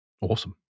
Awesome